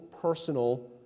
personal